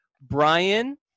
Brian